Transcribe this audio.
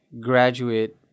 graduate